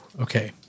Okay